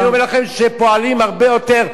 אני אומר לכם שפועלים הרבה יותר,